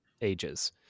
Ages